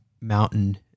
Mountain